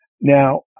Now